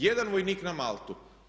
Jedan vojnik na Maltu.